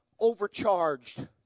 overcharged